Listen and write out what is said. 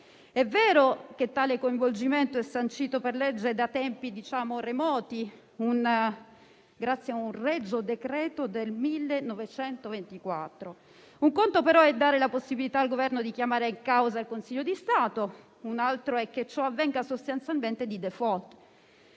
È vero che tale coinvolgimento è sancito per legge da tempi remoti, grazie a un regio decreto del 1924. Un conto, però, è dare la possibilità al Governo di chiamare in causa il Consiglio di Stato, un altro è che ciò avvenga sostanzialmente di *default*,